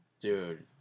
dude